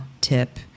Tip